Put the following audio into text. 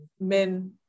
men